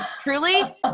truly